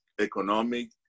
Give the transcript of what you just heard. economic